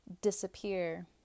disappear